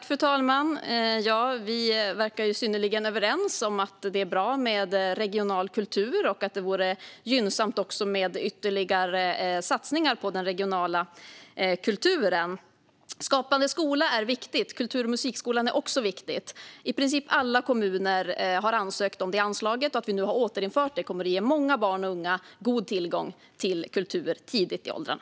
Fru talman! Vi verkar vara synnerligen överens om att det är bra med regional kultur och att det vore gynnsamt också med ytterligare satsningar på den regionala kulturen. Skapande skola är viktigt. Kultur och musikskolan är också viktig. I princip alla kommuner har ansökt om detta anslag, och nu när vi har återinfört det kommer det att ge många barn och unga god tillgång till kultur tidigt i åldrarna.